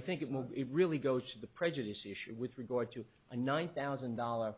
i think move it really goes to the prejudice issue with regard to a nine thousand dollars